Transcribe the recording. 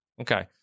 okay